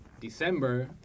December